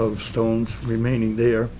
of stones remaining there